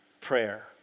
prayer